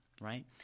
right